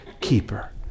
keeper